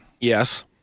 yes